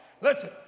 Listen